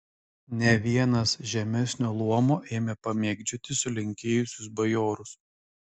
ne vienas žemesnio luomo ėmė pamėgdžioti sulenkėjusius bajorus